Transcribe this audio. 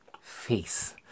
face